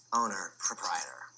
owner-proprietor